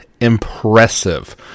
impressive